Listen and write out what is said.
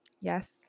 yes